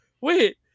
wait